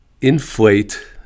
inflate